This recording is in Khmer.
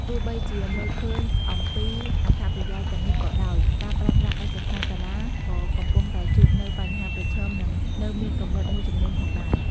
ទោះបីជាមើលឃើញអំពីអត្ថប្រយោជន៍ទាំងនេះក៏ដោយ ការប្រើប្រាស់ឯកសណ្ឋានសាលាក៏កំពុងតែជួបនៅបញ្ហាប្រឈមនិងនៅមានកម្រិតមួយចំនួនផងដែរ។